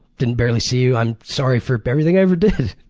didn't barely see you. i'm sorry for everything i ever did.